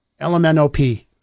lmnop